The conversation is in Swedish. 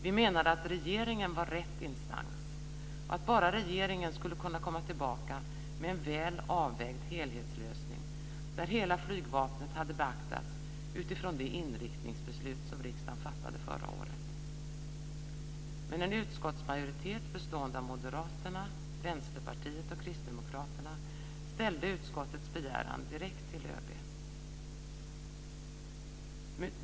Vi menar att regeringen var rätt instans och att bara regeringen skulle kunna komma tillbaka med en väl avvägd helhetslösning där hela Flygvapnet hade beaktats utifrån det inriktningsbeslut som riksdagen fattade förra året. Men en utskottsmajoritet bestående av Moderaterna, Vänsterpartiet och Kristdemokraterna ställde utskottets begäran direkt till ÖB.